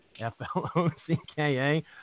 F-L-O-C-K-A